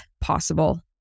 possible